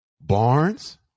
Barnes